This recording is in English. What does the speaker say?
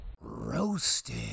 Roasted